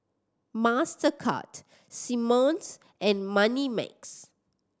Mastercard Simmons and Moneymax